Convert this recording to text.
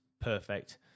Perfect